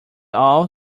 all